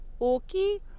okay